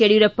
Yediyurappa